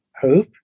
hope